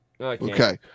Okay